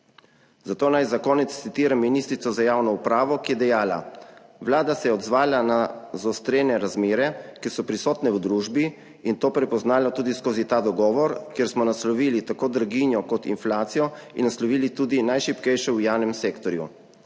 Zato naj za konec citiram ministrico za javno upravo, ki je dejala: »Vlada se je odzvala na zaostrene razmere, ki so prisotne v družbi, in to prepoznala tudi skozi ta dogovor, kjer smo naslovili tako draginjo kot inflacijo in naslovili tudi najšibkejše v javnem sektorju.